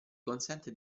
consente